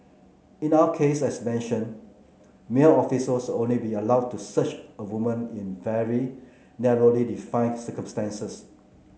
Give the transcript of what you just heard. in our case as mentioned male officers will only be allowed to search a woman in very narrowly defined circumstances